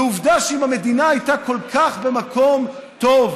ועובדה שאם המדינה הייתה במקום כל כך טוב